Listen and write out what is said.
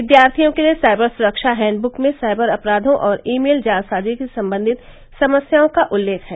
विद्यार्थियों के लिए साइबर सुरक्षा हैंडबुक में साइबर अपराधों और ई मेल जालसाजी संबंधी समस्याओं का उल्लेख है